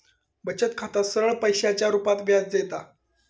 बचत खाता सरळ पैशाच्या रुपात व्याज देता